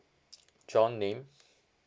john name